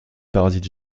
parasites